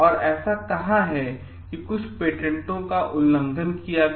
और ऐसा कहां है कि कुछ पेटेंटों का उल्लंघन किया गया